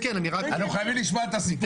אנחנו חייבים לשמוע את הסיפור של צביקה.